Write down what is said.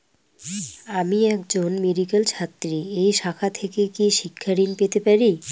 আমি একজন মেডিক্যাল ছাত্রী এই শাখা থেকে কি শিক্ষাঋণ পেতে পারি?